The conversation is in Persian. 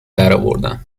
درآوردم